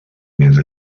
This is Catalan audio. més